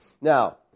Now